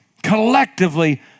collectively